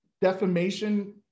Defamation